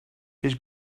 his